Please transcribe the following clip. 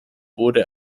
wurde